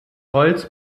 holz